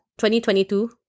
2022